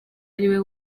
ariwe